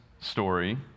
story